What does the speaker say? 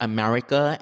America